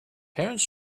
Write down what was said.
parents